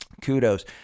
kudos